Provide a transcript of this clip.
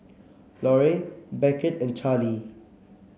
Larue Beckett and Charley